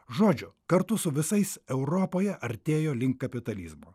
žodžio kartu su visais europoje artėjo link kapitalizmo